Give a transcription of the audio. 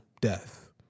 death